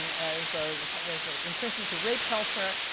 and as ah you know but yeah as ah intrinsic to rape culture.